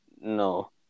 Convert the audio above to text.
No